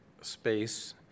space